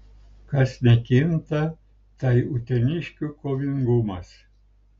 kas nekinta tai uteniškių kovingumas